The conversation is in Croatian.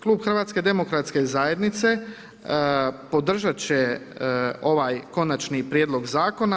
Klub HDZ podržati će ovaj konačni prijedlog zakona.